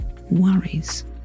worries